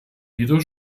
wieder